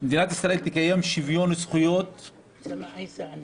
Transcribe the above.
מדינת ישראל תקיים שוויון זכויות חברתי,